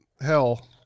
hell